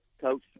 Coach